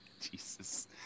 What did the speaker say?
Jesus